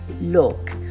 look